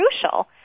crucial